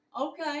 Okay